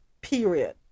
period